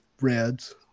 reds